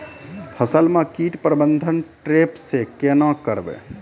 फसल म कीट प्रबंधन ट्रेप से केना करबै?